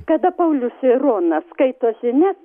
kada paulius ir rona skaitosi ne